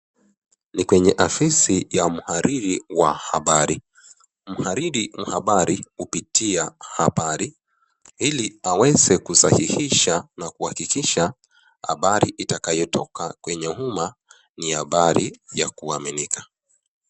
Ni kwenye afisi ya mhariri wa habari. Mhariri wa habari hupitia habari ili aweze kusahihisha na kuhakikisha habari itakoyotoka kwenye umma ni habari ya kuaminika.